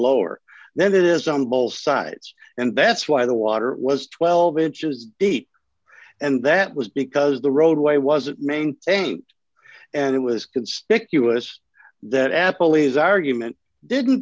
lower than it is on both sides and bets why the water was twelve inches deep and that was because the roadway wasn't maintained and it was conspicuous that apple his argument didn't